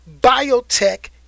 biotech